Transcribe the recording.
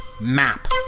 Map